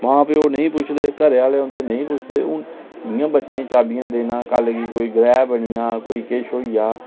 मां प्यो नेई पुछदे उंदै घरै आह्ले नेईं पुछदे इयां बच्चे गी चाबी देना कल गी कोई ग्रह बनी जा जां कोई किश होइ जा